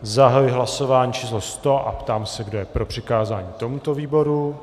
Zahajuji hlasování číslo 100 a ptám se, kdo je pro přikázání tomuto výboru.